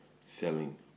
selling